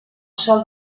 sol